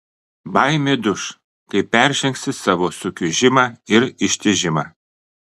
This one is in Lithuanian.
baimė duš kai peržengsi savo sukiužimą ir ištižimą